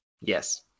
Yes